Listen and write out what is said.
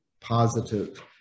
positive